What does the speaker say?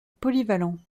polyvalent